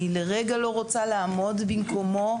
אני לרגע לא רוצה לעמוד במקומו,